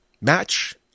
Match